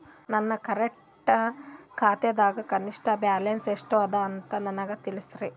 ನನ್ನ ಕರೆಂಟ್ ಖಾತಾದಾಗ ಕನಿಷ್ಠ ಬ್ಯಾಲೆನ್ಸ್ ಎಷ್ಟು ಅದ ಅಂತ ನನಗ ತಿಳಸ್ರಿ